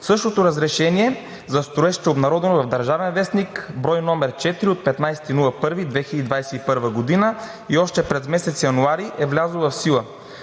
Същото разрешение за строеж е обнародвано в „Държавен вестник“, бр. 4 от 15 януари 2021 г. и още през месец януари е влязло в сила.